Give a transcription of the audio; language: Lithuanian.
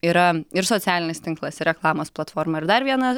yra ir socialinis tinklas ir reklamos platforma ir dar viena